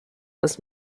was